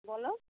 বলো